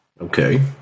Okay